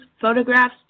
photographs